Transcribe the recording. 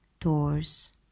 doors